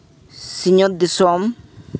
ᱥᱤᱧᱚᱛ ᱫᱤᱥᱚᱢ